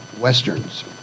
Westerns